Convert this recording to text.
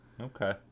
Okay